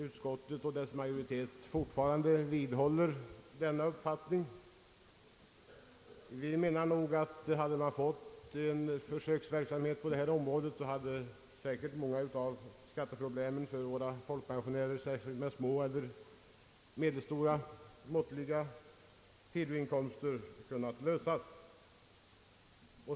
Utskottsmajoriteten vidhåller alltjämt sin uppfattning och anser, att om en försöksverksamhet kommit till stånd på detta område hade säkert många av skatteproble men för folkpensionärer med små och måttliga sidoinkomster kunnat lösas.